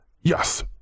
Yes